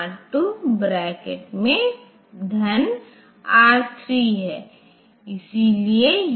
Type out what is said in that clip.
तो हमारे पास 2 पावर 24 विभिन्न ओएस सेवाएं हो सकती हैं इस सेवा में से प्रत्येक को सिस्टम कॉल कहा जाता है